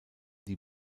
die